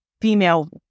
female